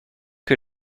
que